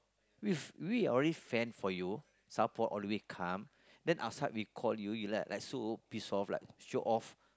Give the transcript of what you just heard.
with we are already fan for you support all the way come then outside we call you you like so pissed off like show off